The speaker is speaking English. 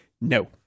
no